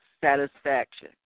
satisfaction